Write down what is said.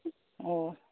ꯑꯣ